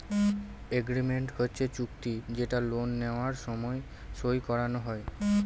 agreement হচ্ছে চুক্তি যেটা লোন নেওয়ার সময় সই করানো হয়